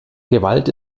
gewalt